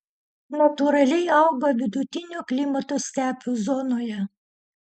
natūraliai auga vidutinio klimato stepių zonoje